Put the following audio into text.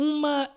Uma